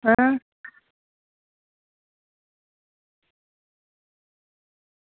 हां